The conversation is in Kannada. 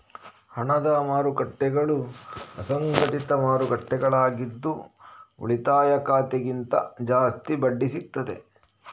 ಹಣದ ಮಾರುಕಟ್ಟೆಗಳು ಅಸಂಘಟಿತ ಮಾರುಕಟ್ಟೆಗಳಾಗಿದ್ದು ಉಳಿತಾಯ ಖಾತೆಗಿಂತ ಜಾಸ್ತಿ ಬಡ್ಡಿ ಸಿಗ್ತದೆ